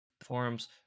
forums